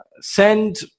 send